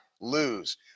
lose